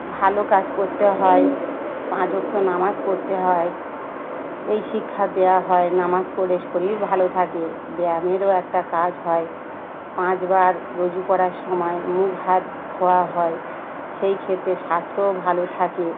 ভালো কাজ করতে হয় পাঁচক্ত নামাজ পড়তে হয় এই শিক্ষা দেওয়া হয় নামাজ পড়ে শরীর ভালো থাকে ব্যায়ামেরও একটা কাজ হয় পাঁচবার রুজু করার সময় মুখ হাত ধোয়া হয় সেই ক্ষেত্রে স্বাস্থ ও ভালো থাকে